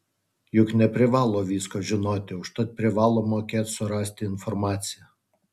juk neprivalo visko žinoti užtat privalo mokėt surasti informaciją